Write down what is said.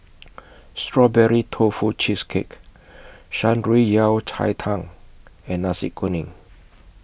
Strawberry Tofu Cheesecake Shan Rui Yao Cai Tang and Nasi Kuning